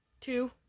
two